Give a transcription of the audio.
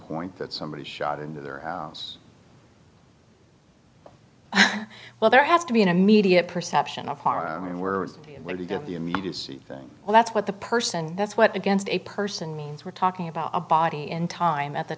point that somebody shot into their house well there has to be an immediate perception of harm and we're going to do it well that's what the person that's what against a person means we're talking about a body in time at the